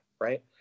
right